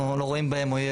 אנחנו לא רואים בהם אויב.